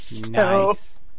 Nice